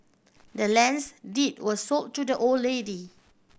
the land's deed was sold to the old lady